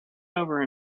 over